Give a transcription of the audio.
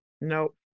Nope